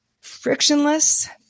frictionless